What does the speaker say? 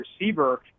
receiver